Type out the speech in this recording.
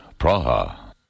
Praha